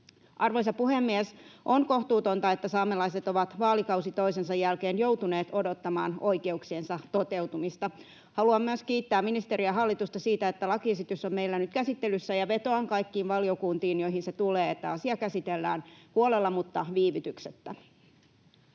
Arvoisa puhemies! On kohtuutonta, että saamelaiset ovat vaalikausi toisensa jälkeen joutuneet odottamaan oikeuksiensa toteutumista. Haluan myös kiittää ministeriä ja hallitusta siitä, että lakiesitys on meillä nyt käsittelyssä, ja vetoan kaikkiin valiokuntiin, joihin se tulee, että asia käsitellään huolella mutta viivytyksettä.